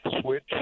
switch